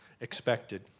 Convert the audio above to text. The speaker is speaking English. expected